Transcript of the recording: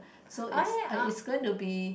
so it's I it's going to be